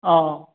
অঁ অঁ